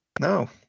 No